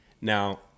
Now